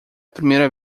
primeira